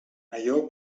allò